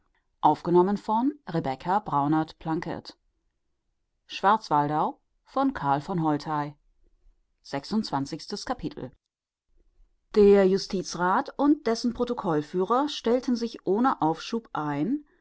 der justizrath und dessen protokollführer stellten sich ohne aufschub ein